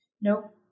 Nope